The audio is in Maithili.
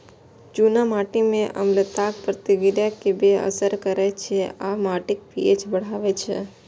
चूना माटि मे अम्लताक प्रतिक्रिया कें बेअसर करै छै आ माटिक पी.एच बढ़बै छै